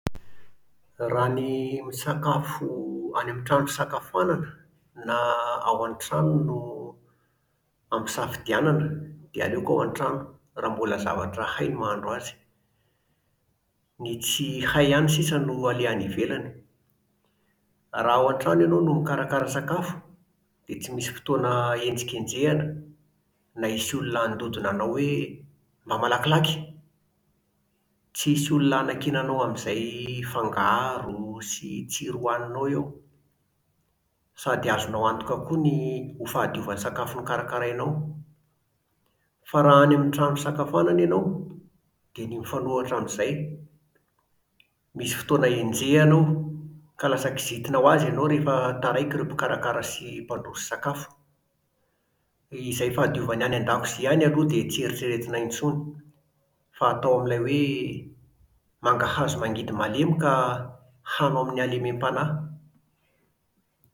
Raha ny misakafo any amin'ny trano fisakafoanana na ao an-trano no ampisafidianana dia aleoko ao an-trano raha mbola zavatra hay ny mahandro azy. Ny tsy hay ihany sisa no aleha any ivelany. Raha ao an-trano ianao no mikarakara sakafo, dia tsy misy fotoana henjikenjehana, na misy olona handodona anao hoe: Mba malakilaky! Tsy hisy olona hanakiana anao amin'izay fangaro sy tsiro hohaninao eo. Sady azonao antoka koa ny ho fahadiovan'ny sakafo nokarakarainao. Fa raha any amin'ny trano fisakafoanana ianao dia ny mifanohitra amin'izay. Misy fotoana henjehana ao ka lasa kizintina ho azy ianao rehefa taraiky ireo mpikarakara sy mpandroso sakafo. Izay fahadiovan'ny any an-dakozia any aloha dia tsy eritreretina intsony, fa atao amin'ilay hoe: mangahazo mangidy malemy ka hano amin'ny halemem-panahy.